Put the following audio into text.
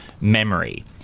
memory